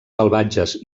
salvatges